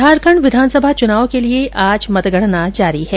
झारखण्ड विधानसभा चुनाव के लिए आज मतगणना जारी है